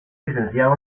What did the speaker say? licenciado